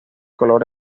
color